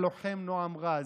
הלוחם נועם רז.